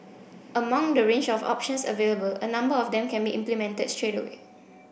among the range of options available a number of them can be implemented straight away